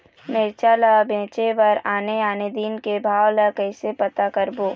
मिरचा ला बेचे बर आने आने दिन के भाव ला कइसे पता करबो?